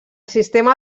sistema